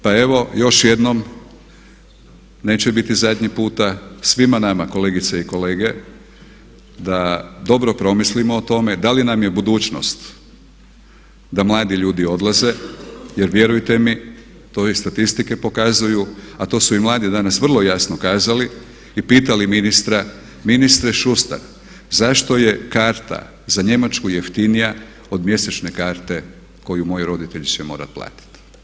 Pa evo, još jednom neće biti zadnji puta, svima nama kolegice i kolege da dobro promislimo o tome da li nam je budućnost da mladi ljudi odlaze jer vjerujte mi to i statistike pokazuju a to su i mladi vrlo jasno danas kazali i pitali ministra, ministre Šustar zašto je karta za Njemačku jeftinija od mjesečne krate koju moji roditelji će morati platiti.